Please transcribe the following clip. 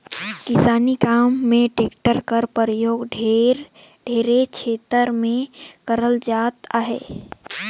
किसानी काम मे टेक्टर कर परियोग ढेरे छेतर मे करल जात अहे